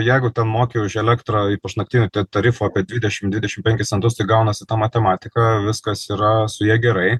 jeigu ten moki už elektrą ypač naktiniu tarifu apie dvidešim dvidešim penkis centus tai gaunasi ta matematika viskas yra su ja gerai